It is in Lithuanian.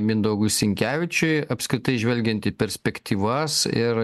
mindaugui sinkevičiui apskritai žvelgiant į perspektyvas ir